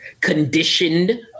conditioned